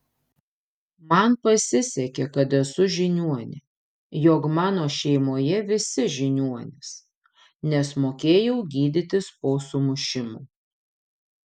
man pasisekė kad esu žiniuonė jog mano šeimoje visi žiniuonys nes mokėjau gydytis po sumušimų